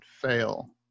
fail